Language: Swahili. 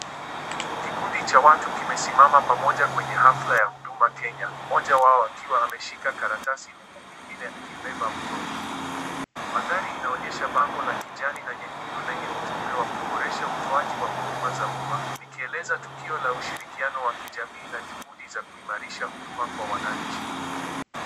Kikundi cha watu kimesimama pamoja kwenye hafla ya Huduma Kenya mmoja wao akiwa ameshika karatasi huku mwingine akimbeba mtoto. Mandhari inaonyesha bango la kijani na nyekundu lenye ujumbe wa kuboresha utoaji wa huduma za umma, likieleza tukio la ushirikiano wa kijamii na juhudi za kuimarisha huduma kwa wananchi.